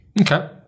okay